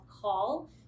call